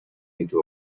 into